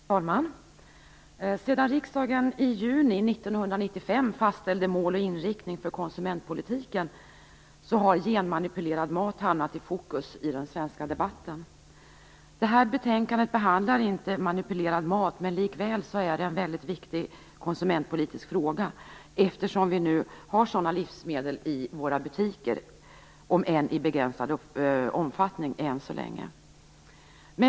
Fru talman! Sedan riksdagen i juni 1995 fastställde mål och inriktning för konsumentpolitiken har genmanipulerad mat hamnat i fokus i den svenska debatten. I det här betänkandet behandlas inte frågan om manipulerad mat. Likväl är det en väldigt viktig konsumentpolitisk fråga. Vi har ju nu sådana livsmedel i våra butiker, om än i begränsad omfattning ännu så länge.